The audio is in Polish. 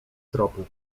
tropu